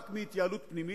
רק מהתייעלות פנימית,